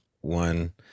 one